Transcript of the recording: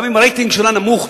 גם אם הרייטינג שלה נמוך.